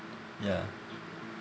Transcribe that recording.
ya